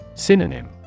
Synonym